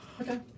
Okay